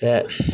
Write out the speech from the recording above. ते